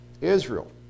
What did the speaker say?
Israel